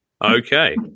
okay